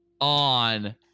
on